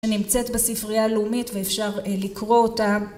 נמצאת בספרייה הלאומית ואפשר לקרוא אותה